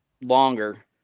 longer